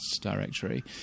directory